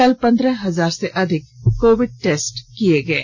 कल पंद्रह हजार से अधिक कोविड टेस्ट किये गये